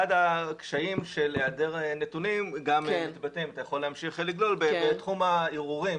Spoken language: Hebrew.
אחד הקשיים של היעדר נתונים הוא בתחום הערעורים.